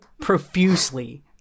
profusely